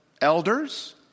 elders